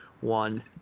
one